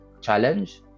challenge